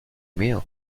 meal